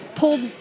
pulled